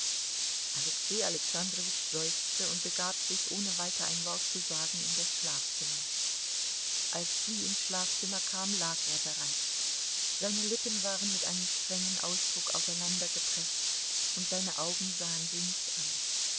alexei alexandrowitsch seufzte und begab sich ohne weiter ein wort zu sagen in das schlafzimmer als sie ins schlafzimmer kam lag er bereits seine lippen waren mit einem strengen ausdruck aufeinandergepreßt und seine augen sahen sie nicht an